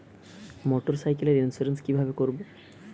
মোটরসাইকেলের ইন্সুরেন্স কিভাবে করব?